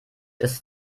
ist